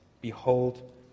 behold